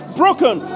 broken